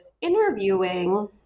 interviewing